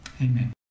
Amen